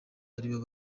aribo